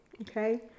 okay